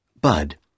Bud